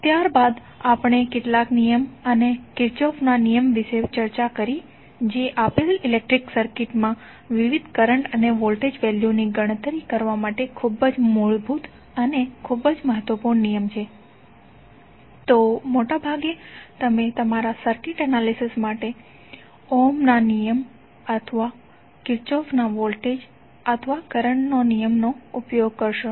ત્યારબાદ આપણે કેટલાક નિયમ અને કિર્ચોફના નિયમ વિશે ચર્ચા કરી જે આપેલ ઇલેક્ટ્રિકલ સર્કિટમાં વિવિધ કરંટ અને વોલ્ટેજ વેલ્યુની ગણતરી માટે ખૂબ જ મૂળભૂત અને ખૂબ જ મહત્વપૂર્ણ નિયમ છે તો મોટાભાગે તમે તમારા સર્કિટ એનાલિસિસ માટે ઓહ્મના નિયમ અથવા કિર્ચોફના વોલ્ટેજ અથવા કરંટ નિયમ નો ઉપયોગ કરશો